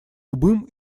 любым